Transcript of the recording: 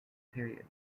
period